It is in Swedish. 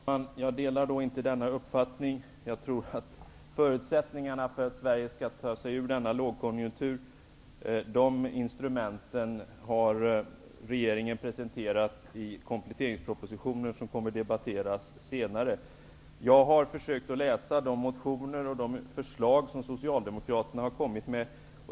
Herr talman! Jag delar inte den uppfattningen. Instrumenten för att Sverige skall kunna ta sig ur lågkonjunkturen har regeringen presenterat i kompletteringspropositionen, som kommer att debatteras senare. Jag har försökt läsa de motioner och de förslag som Socialdemokraterna har kommit med.